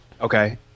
Okay